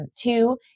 Two